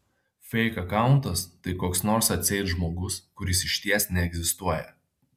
feik akauntas tai koks nors atseit žmogus kuris išties neegzistuoja